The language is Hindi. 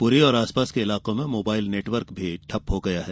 पुरी और आसपास के इलाकों में मोबाइल नेटवर्क भी ठप्प हो गया है